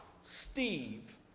Steve